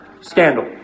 scandal